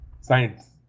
science